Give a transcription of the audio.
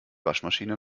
waschmaschine